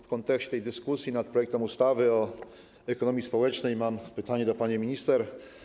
W kontekście tej dyskusji nad projektem ustawy o ekonomii społecznej mam pytanie do pani minister.